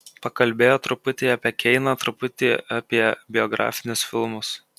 pakalbėjo truputį apie keiną truputį apie biografinius filmus